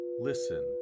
listen